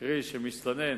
קרי, שמסתנן